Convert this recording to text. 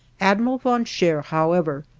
admiral von scheer, however,